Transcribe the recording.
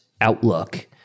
outlook